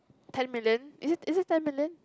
ten million is it is it ten million